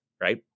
right